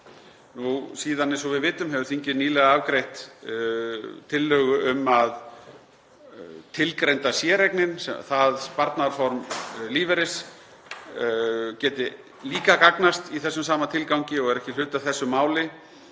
ár. Síðan, eins og við vitum, hefur þingið nýlega afgreitt tillögu um að tilgreinda séreignin, það sparnaðarform lífeyris, geti líka gagnast í þessum sama tilgangi. Það er ekki hluti af þessu máli